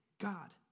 God